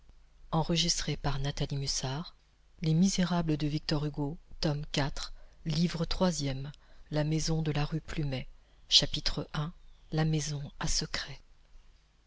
livre troisième la maison de la rue plumet chapitre i la maison à secret